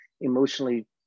emotionally